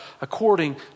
according